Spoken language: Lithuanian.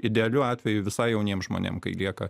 idealiu atveju visai jauniem žmonėm kai lieka